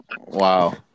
Wow